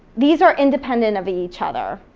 these are independent of each other.